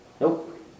Nope